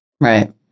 right